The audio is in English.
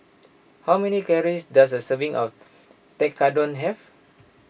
how many calories does a serving of Tekkadon have